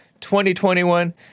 2021